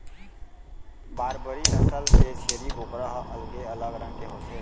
बारबरी नसल के छेरी बोकरा ह अलगे अलग रंग के होथे